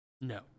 No